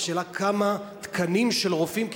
השאלה היא כמה תקנים של רופאים יש,